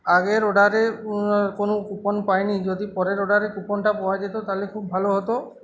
আগের অর্ডারে কোনো কুপন পাইনি যদি পরের অর্ডারে কুপনটা পাওয়া যেতো তাহলে খুব ভালো হতো